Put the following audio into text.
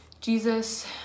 Jesus